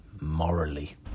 Morally